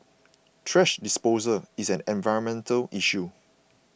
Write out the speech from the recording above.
thrash disposal is an environmental issue